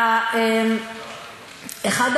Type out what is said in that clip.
אגב,